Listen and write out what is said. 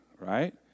right